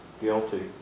Guilty